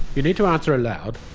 you need to answer aloud.